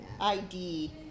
ID